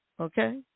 okay